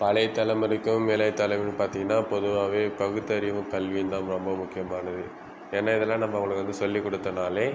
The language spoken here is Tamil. பழைய தலைமுறைக்கும் இளைய தலைமுறை பார்த்திங்கனா பொதுவாவே பகுத்தறிவும் கல்வியும் தான் ரொம்ப முக்கியமானது ஏன்னால் இதெலாம் நம்ம அவங்களுக்கு வந்து சொல்லி கொடுத்தனாலே